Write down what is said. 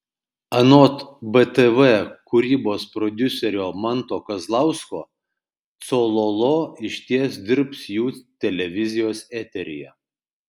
anot btv kūrybos prodiuserio manto kazlausko cololo išties dirbs jų televizijos eteryje